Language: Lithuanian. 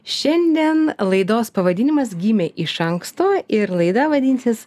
šiandien laidos pavadinimas gimė iš anksto ir laida vadinsis